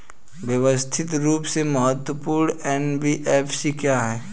व्यवस्थित रूप से महत्वपूर्ण एन.बी.एफ.सी क्या हैं?